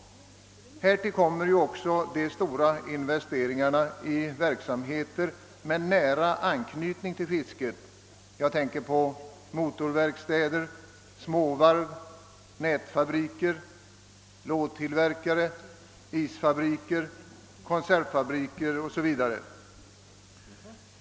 Härtill kommer också de stora investeringarna i verksamheter med nära anknytning till fisket — jag tänker på motorverkstäder, småvarv, nätfabriker, lådtillverkare, isfabriker, konservfabriker osv.